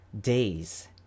days